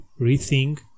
rethink